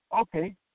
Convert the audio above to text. Okay